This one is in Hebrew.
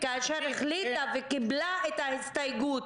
כאשר החליטה וקיבלה את ההסתייגות,